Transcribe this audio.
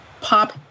pop